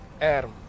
Adam